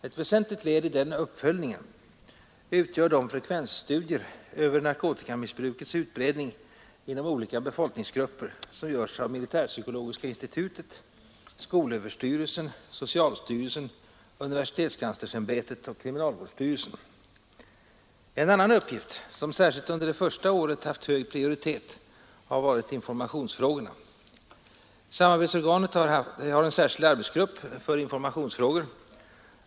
Ett väsentligt led i denna uppföljning utgör de frekvensstudier över narkotikamissbrukets utbredning inom olika befolkningsgrupper som görs av militärpsykologiska institutet, skolöverstyrelsen, socialstyrelsen, universitetskanslersämbet och kriminalvårdsstyrelsen. En annan uppgift som särskilt under det första året haft hög prioritet har varit informationsfrågorna. Samarbetsorganet har en särskild arbetsgrupp för informationsfrågor.